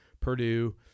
Purdue